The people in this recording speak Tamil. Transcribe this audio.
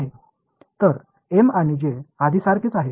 எனவே M மற்றும் J முன்பு போலவே உள்ளன